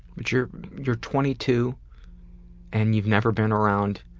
but you're you're twenty two and you've never been around